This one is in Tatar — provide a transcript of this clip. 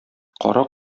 кара